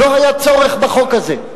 לא היה צורך בחוק הזה.